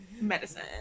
Medicine